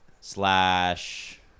slash